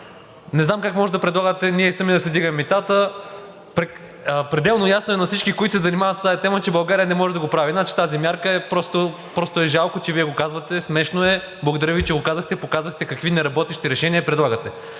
не знам как може да предлагате ние сами да си вдигаме митата? Пределно е ясно на всички, които се занимават с тази тема, че България не може да го прави. Значи за тази мярка просто е жалко, че Вие го казвате, смешно е. Благодаря Ви, че го казахте, показахте какви неработещи решения предлагате.